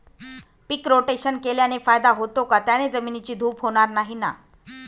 पीक rotation केल्याने फायदा होतो का? त्याने जमिनीची धूप होणार नाही ना?